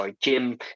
jim